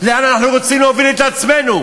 לאן אנחנו רוצים להוביל את עצמנו?